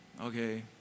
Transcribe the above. okay